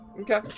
Okay